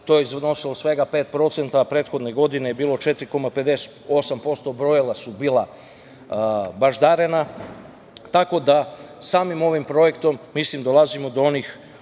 to je iznosilo svega 5%, a prethodne godine je bilo 4,58% brojila su bila baždarena. Tako da samim ovim projektom mislim dolazimo do onih